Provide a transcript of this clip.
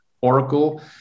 Oracle